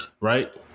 right